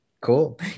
cool